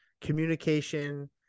communication